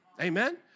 Amen